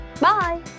Bye